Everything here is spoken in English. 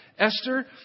Esther